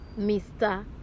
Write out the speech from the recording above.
Mr